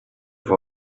for